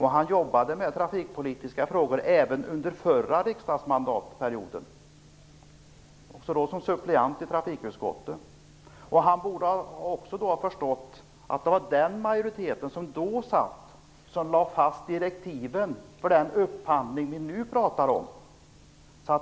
Han jobbade med trafikpolitiska frågor även under förra mandatperioden som suppleant i trafikutskottet. Han borde ha förstått att det var den majoritet som då satt som lade fast direktiven för den upphandling som vi nu talar om.